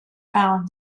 found